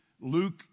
Luke